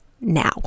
now